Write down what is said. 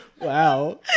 wow